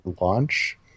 launch